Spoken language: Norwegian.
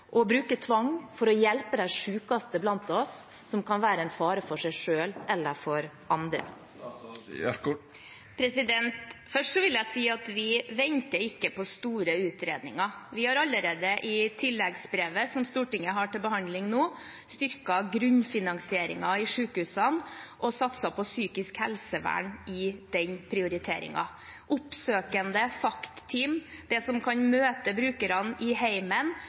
å bruke tvang for å hjelpe de sykeste blant oss – de som kan være en fare for seg selv eller for andre? Først vil jeg si at vi ikke venter på store utredninger. I tilleggsproposisjonen som Stortinget har til behandling nå, har vi allerede styrket grunnfinansieringen i sykehusene og satset på psykisk helsevern i den prioriteringen, med oppsøkende FACT-team, som kan møte brukerne i